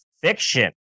fiction